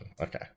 okay